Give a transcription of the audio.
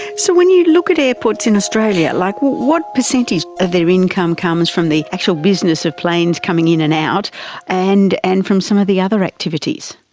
so when you look at airports in australia, like what percentage of their income comes from the actual business of planes coming in and out and and from some of the other activities?